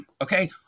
okay